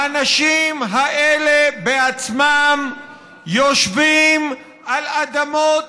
האנשים האלה בעצמם יושבים על אדמות